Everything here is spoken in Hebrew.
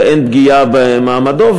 ואין פגיעה במעמדו.